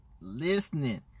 listening